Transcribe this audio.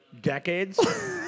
decades